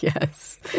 Yes